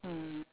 mm